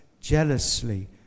jealously